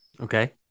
Okay